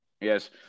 Yes